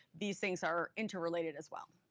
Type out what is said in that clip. these things are interrelated as well.